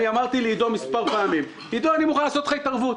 אמרתי לעידו סופר מספר פעמים: אני מוכן לעשות איתך התערבות,